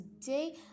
today